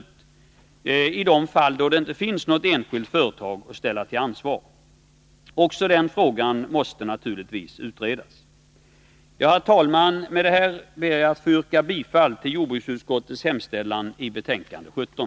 Det gäller i de fall där det inte finns något enskilt företag att ställa till svars. Också den frågan måste naturligtvis utredas. Herr talman! Med det anförda ber jag att få yrka bifall till jordbruksutskottets hemställan i betänkande 17.